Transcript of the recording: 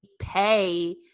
pay